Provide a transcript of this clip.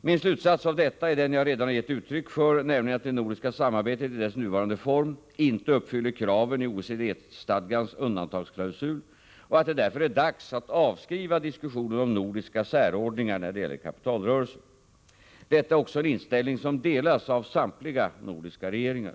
Min slutsats av detta är den jag redan gett uttryck för, nämligen att det nordiska samarbetet i dess nuvarande form inte uppfyller kraven i OECD stadgans undantagsklausul och att det därför är dags att avskriva diskussionen om nordiska särordningar när det gäller kapitalrörelser. Detta är också en inställning som delas av samtliga nordiska regeringar.